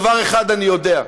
דבר אחד אני יודע: